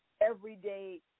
everyday